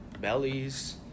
bellies